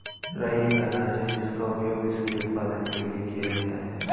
राई एक अनाज है जिसका उपयोग व्हिस्की उत्पादन के लिए किया जाता है